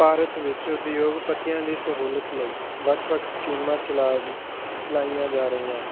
ਭਾਰਤ ਵਿੱਚ ਉਦਯੋਗਪਤੀਆਂ ਲਈ ਸਹੂਲਤ ਲਈ ਵੱਖ ਵੱਖ ਸਕੀਮਾਂ ਚਲਾ ਚਲਾਈਆਂ ਜਾ ਰਹੀਆਂ